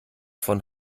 von